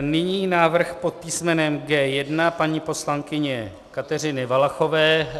Nyní návrh pod písmenem G1 paní poslankyně Kateřiny Valachové.